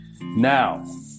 now